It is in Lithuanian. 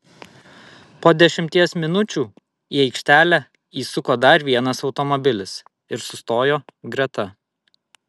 po dešimties minučių į aikštelę įsuko dar vienas automobilis ir sustojo greta